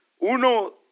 Uno